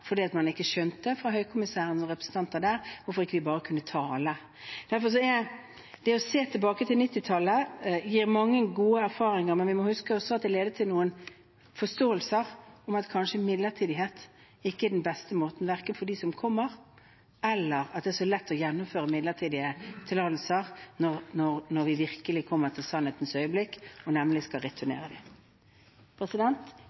fordi man ikke skjønte hos Høykommissæren og representanter der hvorfor vi ikke bare kunne ta alle. Derfor gir det å se tilbake til 1990-tallet mange gode erfaringer. Men vi må også huske at det ledet til noen forståelser: at midlertidighet kanskje ikke er den beste måten for dem som kommer, eller at det er så lett å gjennomføre midlertidige tillatelser når vi virkelig kommer til sannhetens øyeblikk og skal returnere